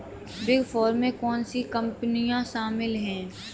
Big four में कौन सी कंपनियाँ शामिल हैं?